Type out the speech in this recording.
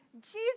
Jesus